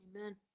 Amen